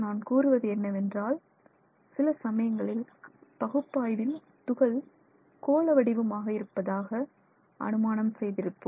நான் கூறுவது என்னவென்றால் சில சமயங்களில் பகுப்பாய்வில் துகள் கோள வடிவமாக இருப்பதாக அனுமானம் செய்திருப்போம்